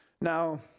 Now